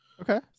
Okay